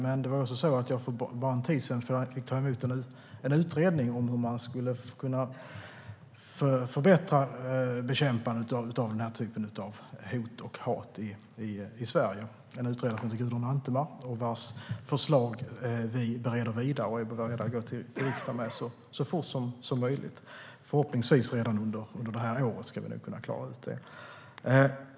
Men för en tid sedan fick jag ta emot en utredning om hur man skulle kunna förbättra bekämpandet av denna typ av hot och hat i Sverige. Utredaren var Gudrun Antemar. Vi bereder hennes förslag vidare och är beredda att gå till riksdagen med det så fort som möjligt. Förhoppningsvis ska vi klara att göra det under detta år.